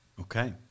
Okay